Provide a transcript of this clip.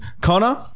Connor